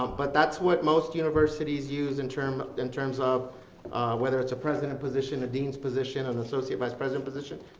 um but that's what most universities use in terms in terms of whether it's a president position, a dean position, an and associate vice president position,